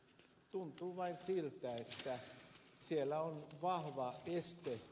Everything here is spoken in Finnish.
tuntuu vain siltä että siellä on vahva este